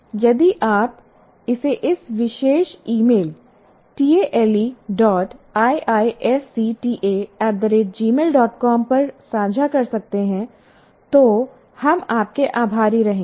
यदि आप इसे इस विशेष ईमेल taleiisctagmailcom पर साझा कर सकते हैं तो हम आपके आभारी रहेंगे